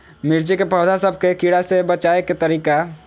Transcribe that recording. मिर्ची के पौधा सब के कीड़ा से बचाय के तरीका?